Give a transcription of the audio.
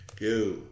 go